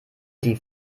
die